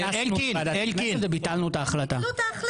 כינסנו את ועדת הכנסת וביטלנו את ההחלטה.